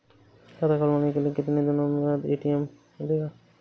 खाता खुलवाने के कितनी दिनो बाद ए.टी.एम मिलेगा?